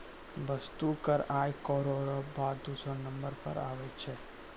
वस्तु कर आय करौ र बाद दूसरौ नंबर पर आबै छै